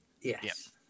Yes